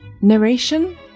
Narration